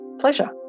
Pleasure